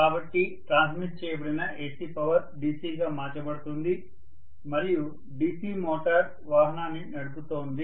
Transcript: కాబట్టి ట్రాన్స్మిట్ చేయబడిన AC power DC గా మార్చబడుతుంది మరియు DC మోటార్ వాహనాన్ని నడుపుతోంది